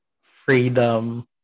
Freedom